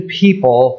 people